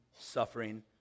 suffering